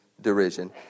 derision